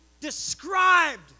described